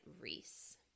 Reese